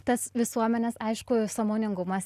tas visuomenės aišku sąmoningumas